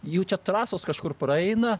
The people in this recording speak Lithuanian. jų čia trasos kažkur praeina